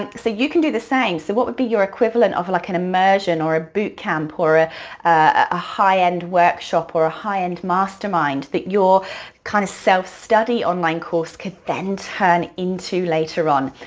um so you can do the same, so what would be your equivalent of like an immersion or a boot camp or ah a high end workshop or a high end mastermind that your kind of self-study online course could then turn into later on?